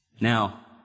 Now